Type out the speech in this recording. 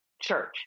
church